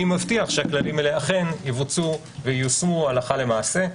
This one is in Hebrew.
מי מבטיח שהכללים הללו אכן ייושמו הלכה למעשה.